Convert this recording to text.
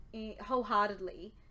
wholeheartedly